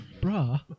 bruh